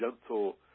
gentle